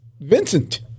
Vincent